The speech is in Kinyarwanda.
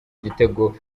igitego